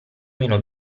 meno